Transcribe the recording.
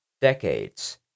decades